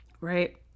right